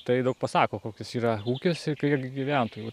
tai daug pasako koks jis yra ūkis ir kiek gyventojų